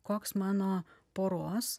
koks mano poros